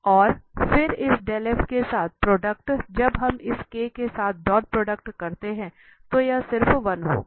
और फिर इस के साथ प्रोडक्ट जब हम इस के साथ डॉट प्रोडक्ट करते हैं तो यह सिर्फ 1 होगा